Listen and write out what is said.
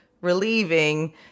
relieving